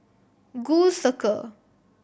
Gul Circle